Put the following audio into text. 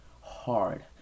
Hard